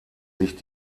sich